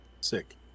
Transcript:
Sick